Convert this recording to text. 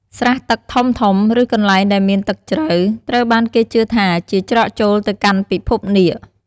ស្រះទឹកធំៗ ឬ កន្លែងដែលមានទឹកជ្រៅត្រូវបានគេជឿថាជាច្រកចូលទៅកាន់ពិភពនាគ។